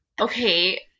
Okay